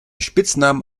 spitznamen